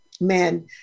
man